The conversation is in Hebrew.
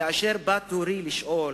כאשר בא תורי לשאול,